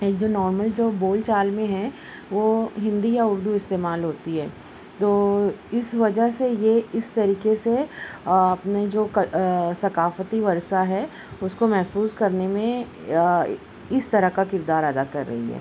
ایک جو نارمل جو بول چال میں ہے وہ ہندی یا اردو استعمال ہوتی ہے تو اس وجہ سے یہ اس طریقے سے اپنے جو ثقافتی ورثہ ہے اس کو محفوظ کرنے میں اس طرح کا کردار ادا کر رہی ہے